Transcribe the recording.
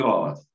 God